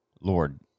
lord